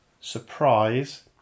surprise